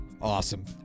awesome